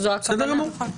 בסדר גמור.